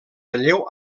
relleu